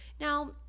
Now